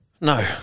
No